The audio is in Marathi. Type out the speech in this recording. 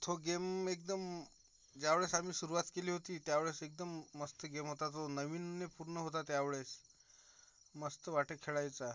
तो गेम एकदम ज्या वेळेस आम्ही सुरूवात केली होती त्यावेळेस एकदम मस्त गेम होता तो नावीन्यपूर्ण होता त्यावेळेस मस्त वाटे खेळायचा